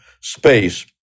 space